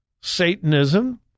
Satanism